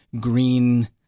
green